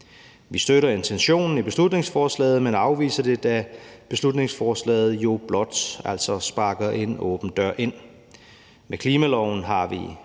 Vi støtter intentionen i beslutningsforslaget, men afviser det, da beslutningsforslaget jo altså blot sparker en åben dør ind. Med klimaloven har vi